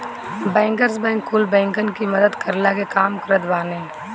bankers bank कुल बैंकन की मदद करला के काम करत बाने